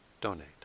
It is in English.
donate